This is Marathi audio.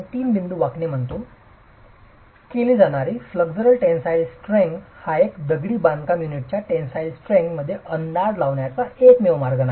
तीन बिंदू वाकणे चाचणीद्वारे केली जाणारी फ्लेक्सुरल टेन्सिल स्ट्रेंथ टेस्ट हा दगडी बांधकाम युनिटच्या टेनसाईल स्ट्रेंग्थ अंदाज लावण्याचा एकमेव मार्ग नाही